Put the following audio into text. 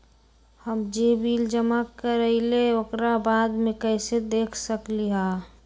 हम जे बिल जमा करईले ओकरा बाद में कैसे देख सकलि ह?